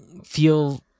feel